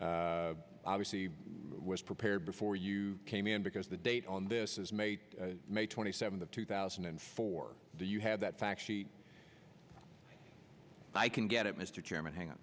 obviously was prepared before you came in because the date on this is made may twenty seventh of two thousand and four do you have that fact i can get it mr chairman hang on